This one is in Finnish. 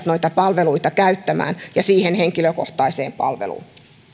noita palveluita käyttää ja kykenevät siihen ja siihen henkilökohtaiseen palveluun